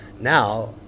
Now